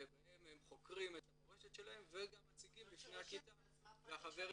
ובהן הם חוקרים את המורשת שלהם וגם מציגים בפני הכיתה והחברים.